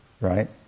right